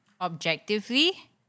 objectively